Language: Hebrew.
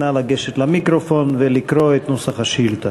נא לגשת למיקרופון ולקרוא את נוסח השאילתה.